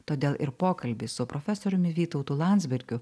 todėl ir pokalbį su profesoriumi vytautu landsbergiu